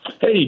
hey